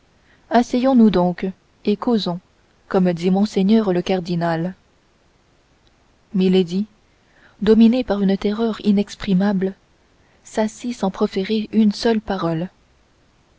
asseyons-nous donc et causons comme dit monseigneur le cardinal milady dominée par une terreur inexprimable s'assit sans proférer une seule parole